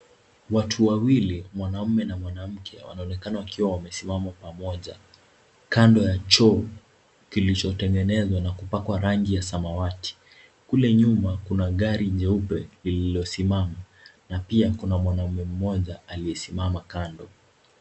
Watu wawili, mwanaume na mwanamke wanaonekana wakiwa wamesimama pamoja kando ya choo kilichotengenezwa na kupakwa rangi ya samawati. Kule nyuma kuna gari nyeupe lililosimama na pia kuna mwanaume mmoja aliyesimama kando.